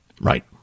Right